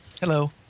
Hello